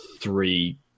three